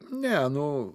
ne nu